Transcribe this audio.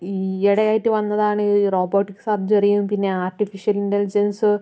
ഈയിടെ ആയിട്ട് വന്നതാണ് റോബോട്ടിക് സർജറിയും പിന്നെ ആർട്ടിഫിഷ്യൽ ഇൻ്റലിജൻസ്